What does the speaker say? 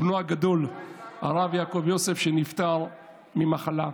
הגדול הרב יעקב יוסף, שנפטר ממחלה.